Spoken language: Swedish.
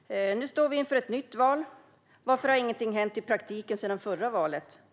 Fru talman! Nu står vi inför ett nytt val. Varför har inget hänt i praktiken sedan förra valet?